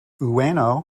ueno